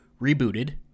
rebooted